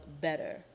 better